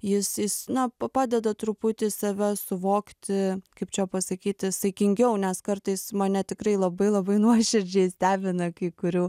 jis jis na padeda truputį save suvokti kaip čia pasakyti saikingiau nes kartais mane tikrai labai labai nuoširdžiai stebina kai kurių